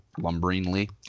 lumberingly